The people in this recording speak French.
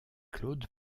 claude